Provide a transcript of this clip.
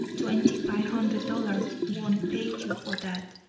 twenty-five hundred dollars won't pay you for that.